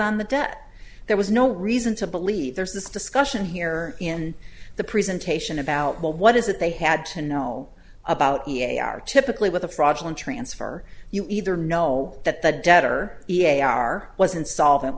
on the debt there was no reason to believe there's this discussion here in the presentation about well what is it they had to know about e a are typically with a fraudulent transfer you either know that the debt or e a a are was insolvent